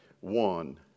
one